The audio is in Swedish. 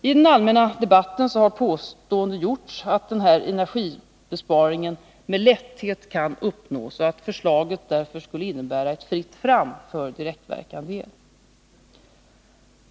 I den allmänna debatten har det påståtts att den här energibesparingen kan uppnås med lätthet och att förslaget därför skulle innebära fritt fram för direktverkande el.